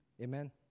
Amen